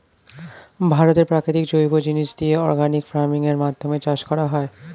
ভারতে প্রাকৃতিক জৈব জিনিস দিয়ে অর্গানিক ফার্মিং এর মাধ্যমে চাষবাস করা হয়